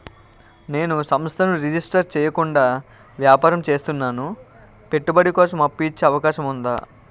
నేను సంస్థను రిజిస్టర్ చేయకుండా వ్యాపారం చేస్తున్నాను పెట్టుబడి కోసం అప్పు ఇచ్చే అవకాశం ఉందా?